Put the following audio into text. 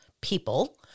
people